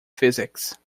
physics